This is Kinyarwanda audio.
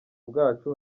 bwacu